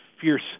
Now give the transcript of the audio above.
fierce